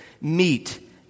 meet